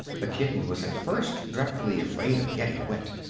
the kitten was at first dreadfully afraid of getting wet,